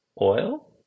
oil